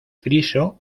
friso